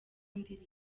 ndirimbo